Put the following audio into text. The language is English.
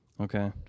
Okay